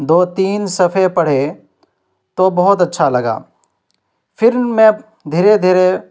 دو تین صفحے پڑھے تو بہت اچھا لگا پھر میں دھیرے دھیرے